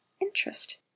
Interest